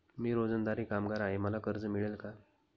मी रोजंदारी कामगार आहे मला कर्ज मिळेल का?